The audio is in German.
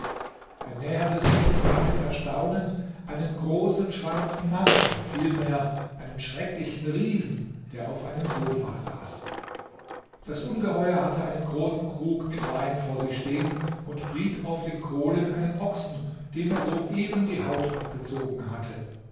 er näherte sich und sah mit erstaunen einen großen schwarzen mann oder vielmehr einen schrecklichen riesen der auf einem sofa saß das ungeheuer hatte einen großen krug mit wein vor sich stehen und briet auf den kohlen einen ochsen dem er soeben die haut abgezogen hatte